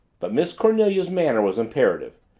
but miss cornelia's manner was imperative,